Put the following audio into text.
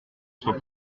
soit